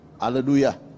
Hallelujah